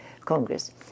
Congress